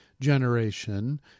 generation